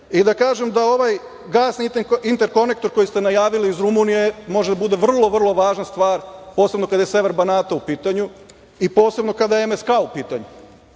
i da kažem da ovaj gasni interkonektor koji ste najavili iz Rumunije može da bude vrlo važna stvar, posebno kada je sever Banata u pitanju i posebno kada je MSK u pitanju.